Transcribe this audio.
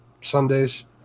Sundays